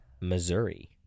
Missouri